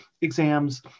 exams